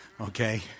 okay